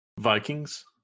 Vikings